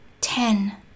ten